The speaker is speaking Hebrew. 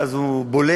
ואז הוא בולט,